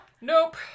Nope